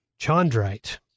chondrite